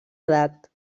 edat